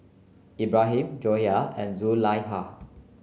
Ibrahim Joyah and Zulaikha